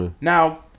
Now